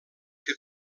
que